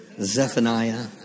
Zephaniah